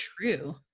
true